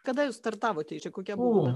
kada jūs startavote kokia buvo diena